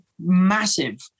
massive